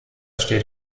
steht